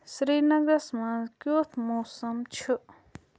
سرینگرس منٛز کیُتھ موسم چھُ